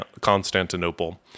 Constantinople